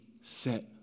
set